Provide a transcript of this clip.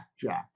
Jack